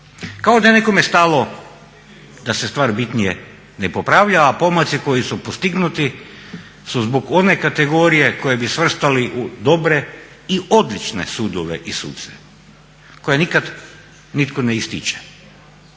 Kao da je nekome stalo da se stvar bitnije ne popravlja, a pomaci koji su postignuti su zbog one kategorije koje bi svrstali u dobre i odlične sudove i suce koje nikad nitko ne ističe,